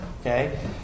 Okay